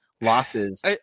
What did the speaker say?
losses